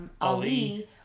Ali